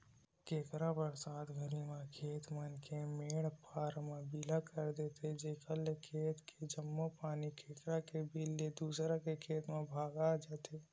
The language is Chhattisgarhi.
केंकरा बरसात घरी म खेत मन के मेंड पार म बिला कर देथे जेकर ले खेत के जम्मो पानी केंकरा के बिला ले दूसर के खेत म भगा जथे